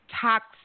toxic